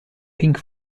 pink